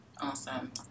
Awesome